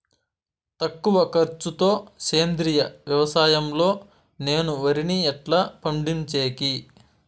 తక్కువ ఖర్చు తో సేంద్రియ వ్యవసాయం లో నేను వరిని ఎట్లా పండించేకి?